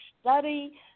Study